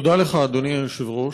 תודה לך, אדוני היושב-ראש.